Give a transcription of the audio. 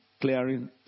clearing